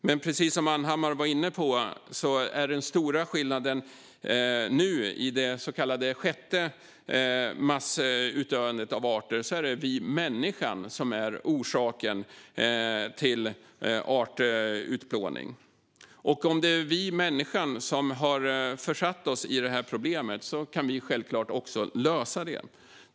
Men precis som Manhammar sa är den stora skillnaden nu i det så kallade sjätte massutdöendet av arter att det är människan som är orsaken till artutplåning. Om det är vi människor som har försatt oss i det här problemet kan vi självklart också lösa det.